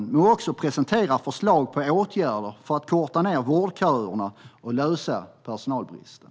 Vi kommer också att presentera förslag till åtgärder för att korta vårdköerna och lösa personalbristen.